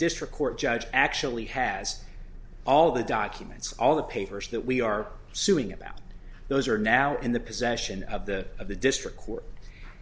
district court judge actually has all the documents all the papers that we are suing about those are now in the possession of the of the district court